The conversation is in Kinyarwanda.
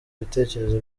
ibitekerezo